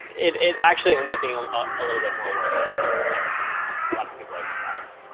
it it actually ends up being a little bit more work and a lot of people expect.